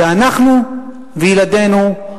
ואנחנו וילדינו,